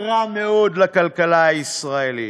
רע מאוד לכלכלה הישראלית?